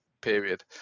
period